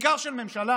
בעיקר של ממשלה,